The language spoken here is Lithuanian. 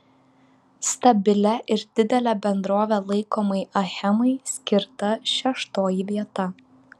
stabilia ir didele bendrove laikomai achemai skirta šeštoji vieta